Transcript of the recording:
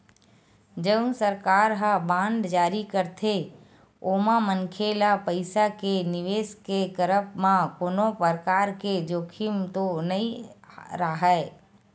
जउन सरकार ह बांड जारी करथे ओमा मनखे ल पइसा के निवेस के करब म कोनो परकार के जोखिम तो नइ राहय